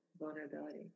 vulnerability